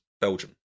Belgium